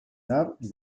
tard